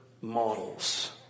models